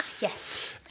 Yes